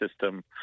system